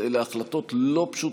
אלה החלטות לא פשוטות,